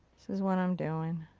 this is what i'm doing.